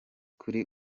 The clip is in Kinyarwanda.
kuri